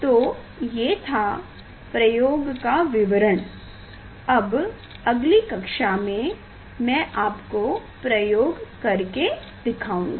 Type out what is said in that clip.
तो ये था प्रयोग का विवरण अब अगली कक्षा में मैं आपको प्रयोग कर के दिखाउंगा